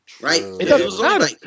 Right